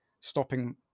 stopping